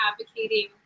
advocating